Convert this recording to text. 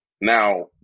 Now